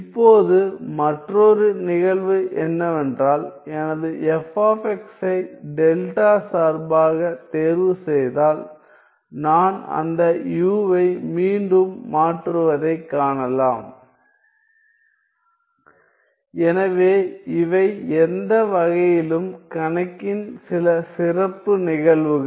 இப்போது மற்றொரு நிகழ்வு என்னவென்றால் எனது f ஐ டெல்டா சார்பாகத் தேர்வுசெய்தால் நான் அந்த u வை மீண்டும் மாற்றுவதைக் காணலாம் எனவே இவை எந்த வகையிலும் கணக்கின் சில சிறப்பு நிகழ்வுகள்